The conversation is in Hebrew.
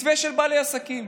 מתווה של בעלי עסקים,